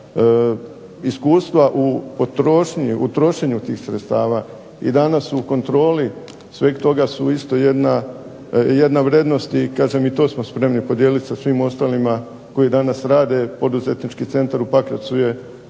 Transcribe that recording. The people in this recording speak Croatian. potrošnji, utrošnji tih sredstava i danas u kontroli sveg toga su isto jedna vrijednost i to smo spremni podijeliti sa svim ostalima koji danas rade, poduzetnički centar u Pakracu je